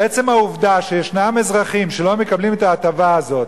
עצם העובדה שישנם אזרחים שלא מקבלים את ההטבה הזאת